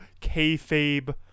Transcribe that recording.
kayfabe